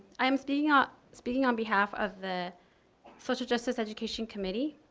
i'm speaking ah speaking on behalf of the social justice education committee.